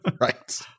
Right